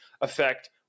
affect